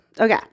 Okay